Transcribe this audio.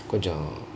கொண்ஜம்:konjam